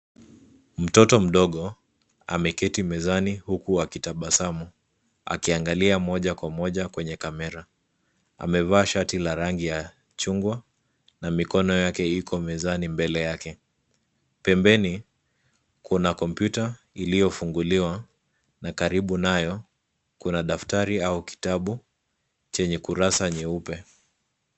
Mtoto mdogo ameketi mezani huku akitabasamu akiangalia moja kwa moja kwenye kamera. Amevaa shati la rangi ya chungwa na mikono yake iko mezani mbele yake. Pembeni kuna kompyuta iliyofunguliwa na karibu nayo kuna daftari au kitabu chenye kurasa nyeupe.